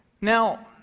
Now